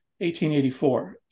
1884